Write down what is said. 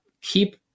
keep